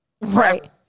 right